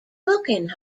booking